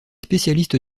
spécialiste